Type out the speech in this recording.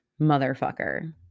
motherfucker